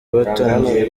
batangiye